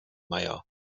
maier